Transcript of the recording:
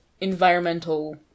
environmental